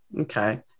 Okay